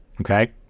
okay